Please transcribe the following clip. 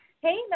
Hey